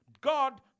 God